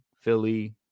Philly